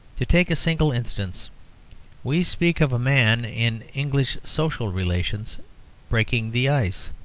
to take a single instance we speak of a man in english social relations breaking the ice